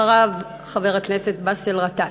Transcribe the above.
אחריו, חבר הכנסת באסל גטאס.